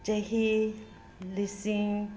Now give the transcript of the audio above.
ꯆꯍꯤ ꯂꯤꯁꯤꯡ